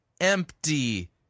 empty